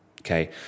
okay